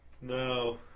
No